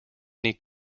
sydney